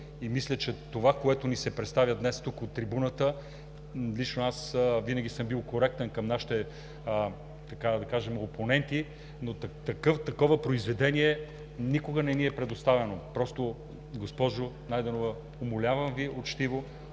Мисля, че това, което ни се представя днес тук от трибуната – лично аз винаги съм бил коректен към нашите опоненти, но такова произведение никога не ни е предоставяно. Госпожо Найденова, умолявам Ви учтиво